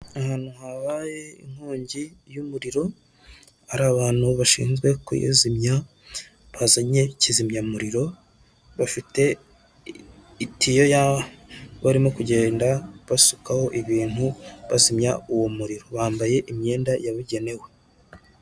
Ahantu habaye inkongi y'imuriro, hari abantu bashinzwe kuyizimya, bazanye kizimyamuriro, bafite itiyo ya barimo kugenda basukaho ibintu barimo bazimya uwo muriro. Bambaye imyenda yabugenewe